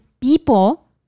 people